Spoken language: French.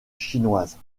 chinoises